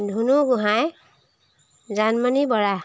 Dhunu Gohain Janmoni Bora